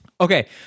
Okay